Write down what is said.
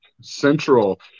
Central